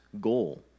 goal